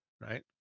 right